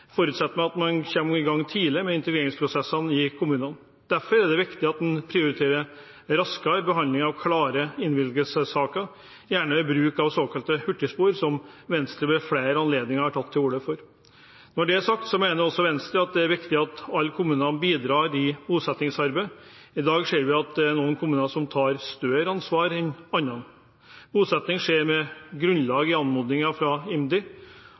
forutsetter at man kommer i gang tidlig med integreringsprosessene i kommunene. Derfor er det viktig at man prioriterer raskere behandling av klare innvilgelsessaker, gjerne ved bruk av såkalte hurtigspor, som Venstre ved flere anledninger har tatt til orde for. Når det er sagt, mener også Venstre det er viktig at alle kommunene bidrar i bosettingsarbeidet. I dag ser vi at det er noen kommuner som tar større ansvar enn andre. Bosetting skjer med grunnlag i anmodninger fra IMDi,